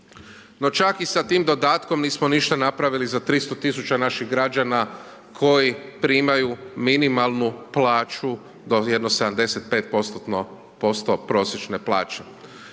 No čak i sa tim dodatkom nismo ništa napravili za 300 000 naših građana koji primaju minimalnu plaću do jedno 75%-tno posto prosječne plaće.